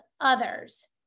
others